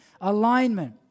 alignment